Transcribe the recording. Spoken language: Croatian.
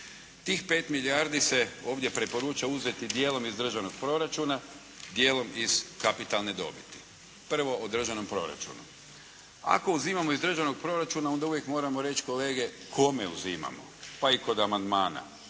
Tih 5 milijardi se ovdje preporuča uzeti dijelom iz državnog proračuna, dijelom iz kapitalne dobiti. Prvo o državnom proračunu. Ako uzimamo iz državnog proračuna onda uvijek moramo reći kolege kome uzimamo, pa i kod amandmana